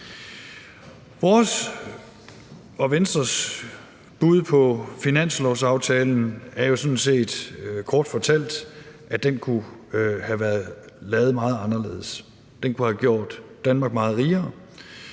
lykkes. Venstres bud på finanslovsaftalen er sådan set kort fortalt, at den kunne have været meget anderledes. Den kunne have gjort Danmark meget rigere.